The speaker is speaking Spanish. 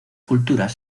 culturas